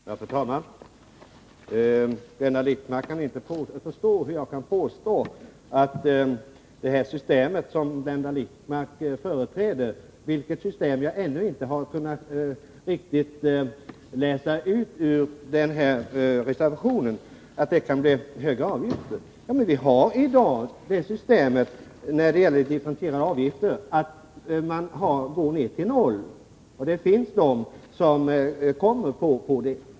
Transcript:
Fru talman! Blenda Littmarck kan inte förstå hur jag kan påstå att det här systemet som Blenda Littmarck företräder — vilket system det är har jag ännu inte riktigt kunnat läsa ut ur den här reservationen — kan medföra högre avgifter. Vi har i dag det systemet när det gäller differentierade avgifter att man går ned till noll, och det finns de som hamnar där.